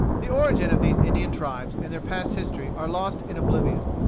the origin of these indian tribes and their past history are lost in oblivion.